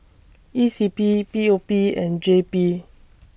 E C P P O P and J P